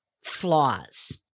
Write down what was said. flaws